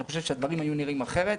אני חושב שהדברים היו נראים אחרת,